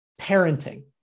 parenting